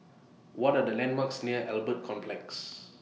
What Are The landmarks near Albert Complex